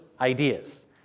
ideas